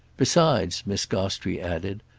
besides, miss gostrey added,